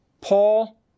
Paul